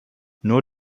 nur